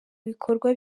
bikorwa